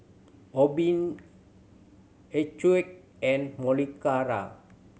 Obimin and